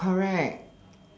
correct